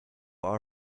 our